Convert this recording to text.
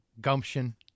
gumption